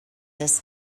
this